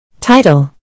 Title